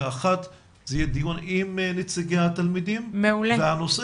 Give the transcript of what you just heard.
ב-13:00 יהיה דיון עם נציגי התלמידים והנושא